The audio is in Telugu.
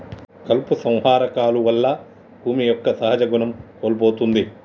కలుపు సంహార కాలువల్ల భూమి యొక్క సహజ గుణం కోల్పోతుంది